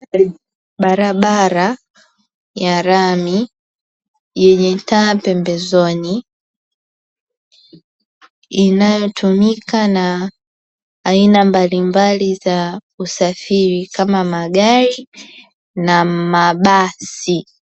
Barabara ya lami yenye taa pembezoni inayotumika na aina mbalimbali za usafiri kama magari na mabasi.